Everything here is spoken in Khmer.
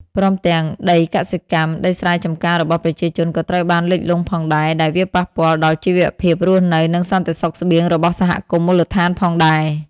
ព្រមទាំង ដីកសិកម្ម ដីស្រែចម្ការរបស់ប្រជាជនក៏ត្រូវបានលិចលង់ផងដែរ ដែលវាប៉ះពាល់ដល់ជីវភាពរស់នៅ និងសន្តិសុខស្បៀងរបស់សហគមន៍មូលដ្ឋានផងដែរ។